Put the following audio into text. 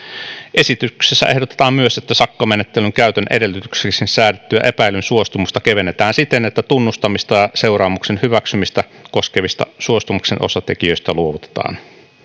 esityksessä ehdotetaan myös että sakkomenettelyn käytön edellytykseksi säädettyä epäillyn suostumusta kevennetään siten että tunnustamista ja seuraamuksen hyväksymistä koskevista suostumuksen osatekijöistä luovutaan